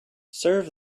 serve